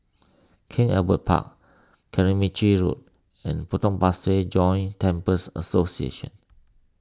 King Albert Park Carmichael Road and Potong Pasir Joint Temples Association